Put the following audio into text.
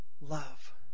love